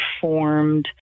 formed